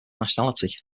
nationality